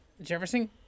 Jefferson